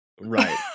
Right